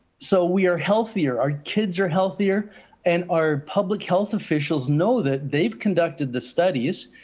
so we are healthier. our kids are healthier and our public health officials know that they've conducted the studies.